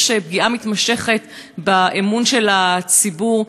יש פגיעה מתמשכת באמון של הציבור.